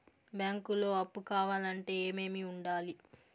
బ్యాంకులో అప్పు కావాలంటే ఏమేమి ఉండాలి?